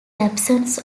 absence